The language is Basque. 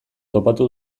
topatu